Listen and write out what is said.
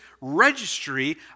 registry